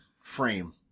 frame